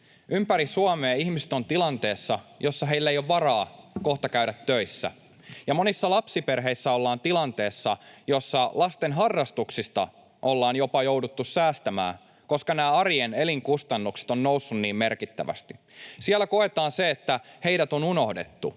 Ympäri Suomea ihmiset ovat tilanteessa, jossa heillä kohta ei ole varaa käydä töissä, ja monissa lapsiperheissä ollaan tilanteessa, jossa lasten harrastuksista ollaan jopa jouduttu säästämään, koska arjen elinkustannukset ovat nousseet niin merkittävästi. Siellä koetaan, että heidät on unohdettu.